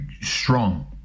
strong